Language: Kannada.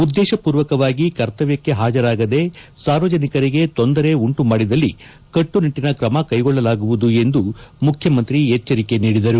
ಉದ್ದೇಶ ಪೂರ್ವಕವಾಗಿ ಕರ್ತವ್ಯಕ್ಕೆ ಹಾಜರಾಗದೇ ಸಾರ್ವಜನಿಕರಿಗೆ ತೊಂದರೆ ಉಂಟು ಮಾಡಿದಲ್ಲಿ ಕಟ್ಪುನಿಟ್ಲಿನ ಕೆಮ ಕೈಗೊಳ್ಳಲಾಗುವುದು ಎಂದು ಮುಖ್ಯಮಂತ್ರಿ ಎಚ್ಚರಿಕೆ ನೀಡಿದರು